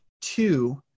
two